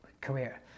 career